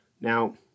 Now